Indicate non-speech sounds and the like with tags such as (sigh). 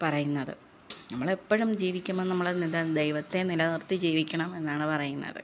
പറയുന്നത് നമ്മൾ എപ്പോഴും ജീവിക്കുമ്പോൾ നമ്മൾ (unintelligible) ദൈവത്തെ നില നിർത്തി ജീവിക്കണം എന്നാണ് പറയുന്നത്